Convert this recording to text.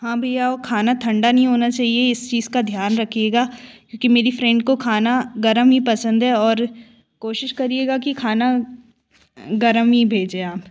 हाँ भैया वो खाना ठंडा नहीं होना चाहिए इस चीज़ का ध्यान रखिएगा क्योंकि मेरी फ़्रेड को खाना गर्म ही पसंद है और कोशिश करिएगा कि खाना गर्म ही भेजें आप